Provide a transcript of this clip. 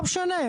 לא משנה.